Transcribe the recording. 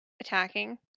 Attacking